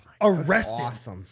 arrested